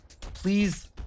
Please